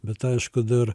bet aišku dar